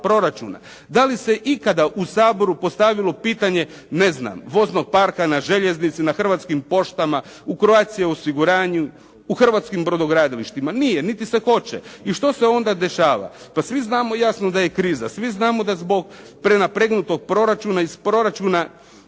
Da li se ikada u Saboru postavilo pitanje ne znam voznog parka na željeznici, na Hrvatskim poštama u Croatia osiguranju u Hrvatskim brodogradilištima? Nije niti se hoće. I što se onda dešava. Pa svi znamo jasno da je kriza, svi znamo da zbog prenapregnutog proračuna iz proračuna